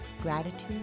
Gratitude